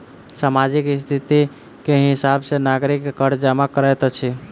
सामाजिक स्थिति के हिसाब सॅ नागरिक कर जमा करैत अछि